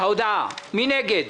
מי נגד?